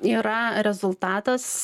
yra rezultatas